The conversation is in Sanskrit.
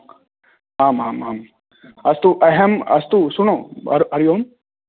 आम् आम् आम् अस्तु अहम् अस्तु श्रुणु हरि ओम्